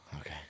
Okay